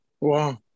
Wow